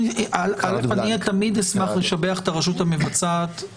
אני תמיד אשמח לשבח את הרשות המבצעת.